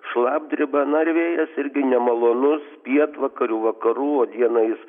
šlapdriba na ir vėjas irgi nemalonus pietvakarių vakarų o dieną jis